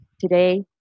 Today